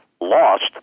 lost